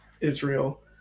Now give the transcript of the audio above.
Israel